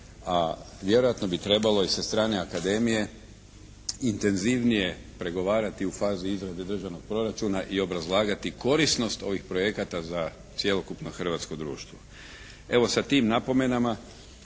a vjerojatno bi trebalo i sa strane akademije intenzivnije pregovarati u fazi izrade državnog proračuna i obrazlagati korisnost ovih projekata za cjelokupno hrvatsko društvo.